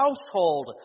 household